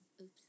Oops